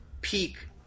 peak